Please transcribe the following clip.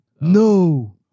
No